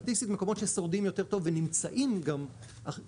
סטטיסטית מקומות ששורדים יותר טוב ונמצאים גם סטטיסטית